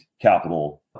capital